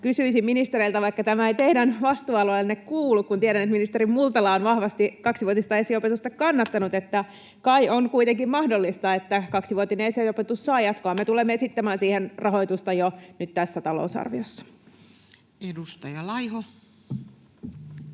kysyisin ministereiltä, vaikka tämä ei teidän vastuualueellenne kuulu, kun tiedän, että ministeri Multala on vahvasti kaksivuotista esiopetusta kannattanut: kai on kuitenkin mahdollista, että kaksivuotinen esiopetus saa jatkoa? Me tulemme esittämään siihen rahoitusta jo nyt tässä talousarviossa. Edustaja Laiho.